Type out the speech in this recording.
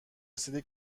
رسیده